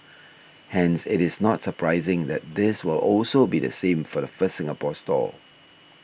hence it is not surprising that this will also be the same for the first Singapore store